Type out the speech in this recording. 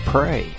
Pray